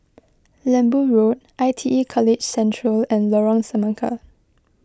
Lembu Road I T E College Central and Lorong Semangka